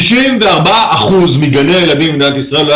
94 אחוזים מגני הילדים במדינת ישראל,